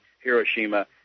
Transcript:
Hiroshima